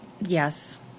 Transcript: Yes